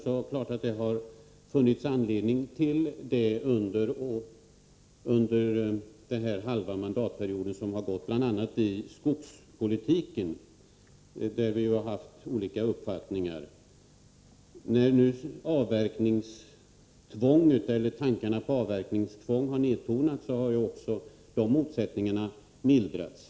Det är klart att det har funnits sådana under den halva mandatperiod som nu har gått, bl.a. när det gäller skogspolitiken, där vi ju haft olika meningar. När nu tankarna på avverkningstvång har nedtonats har också de motsättningarna mildrats.